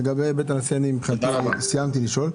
לגבי בית הנשיא, מבחינתי סיימתי את השאלות.